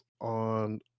on